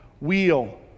wheel